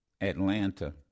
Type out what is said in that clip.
Atlanta